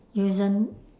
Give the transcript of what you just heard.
usen